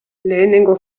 lehenengo